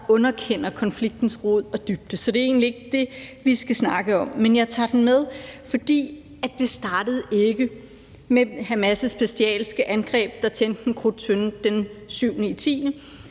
underkender konfliktens rod og dybde, så det er egentlig ikke det, vi skal snakke om, men jeg tager det med, fordi det ikke startede med Hamas' bestialske angreb, der antændte en krudttønde den 7. oktober